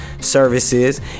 services